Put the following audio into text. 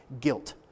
guilt